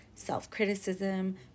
self-criticism